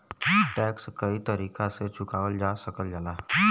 tax कई तरीके से चुकावल जा सकल जाला